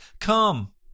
come